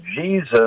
Jesus